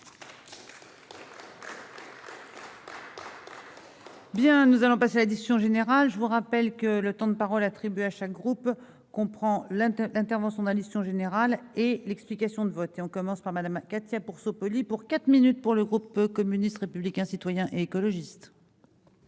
Bien, nous allons passer l'addition générale je vous rappelle que le temps de parole attribués à chaque groupe comprend l'intervention d'addition générale et l'explication de vote et on commence par Madame Katia pour polie pour quatre minutes pour le groupe communiste, républicain, citoyen et écologiste.